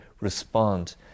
respond